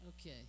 Okay